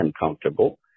uncomfortable